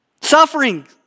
Suffering